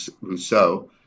Rousseau